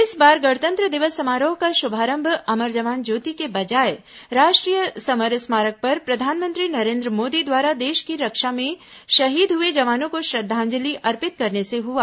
इस बार गणतंत्र दिवस समारोह का शुभारंभ अमर जवान ज्योति के बजाय राष्ट्रीय समर स्मारक पर प्रधानमंत्री नरेन्द्र मोदी द्वारा देष की रक्षा में शहीद हुए जवानों को श्रद्वांजलि अर्पित करने से हुआ